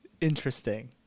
interesting